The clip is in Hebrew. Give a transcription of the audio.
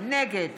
נגד